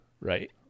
right